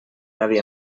medi